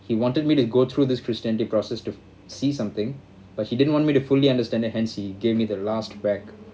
he wanted me to go through this christianity process to see something but he didn't want me to fully understand that hence he gave me the last back